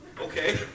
okay